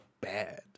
bad